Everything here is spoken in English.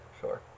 sure